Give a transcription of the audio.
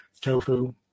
tofu